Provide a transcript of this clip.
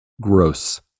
Gross